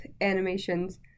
animations